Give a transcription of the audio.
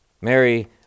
Mary